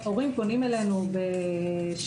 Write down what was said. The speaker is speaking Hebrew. הורים פונים אלינו בשאלות.